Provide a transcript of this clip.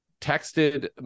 texted